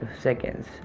seconds